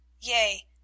Yea